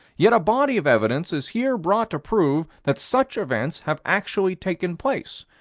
yet a body of evidence is here brought to prove that such events have actually taken place,